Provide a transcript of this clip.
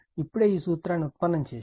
ఇప్పుడే ఈ సూత్రాన్ని ఉత్పన్నం చేశాము